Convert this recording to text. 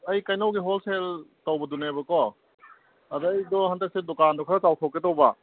ꯑꯩ ꯀꯩꯅꯧꯒꯤ ꯍꯣꯜꯁꯦꯜ ꯇꯧꯕꯗꯨꯅꯦꯕꯀꯣ ꯑꯗꯣ ꯑꯩꯗꯣ ꯍꯟꯗꯛꯁꯦ ꯗꯨꯀꯥꯟꯗꯨ ꯈꯔ ꯆꯥꯎꯊꯣꯛꯀꯦ ꯇꯧꯕ